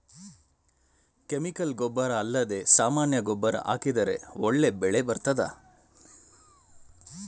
Chemical ಗೊಬ್ಬರ ಅಲ್ಲದೆ ಸಾಮಾನ್ಯ ಗೊಬ್ಬರ ಹಾಕಿದರೆ ಒಳ್ಳೆ ಬೆಳೆ ಬರ್ತದಾ?